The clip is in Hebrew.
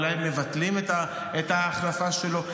אולי הם מבטלים את ההחלפה שלו?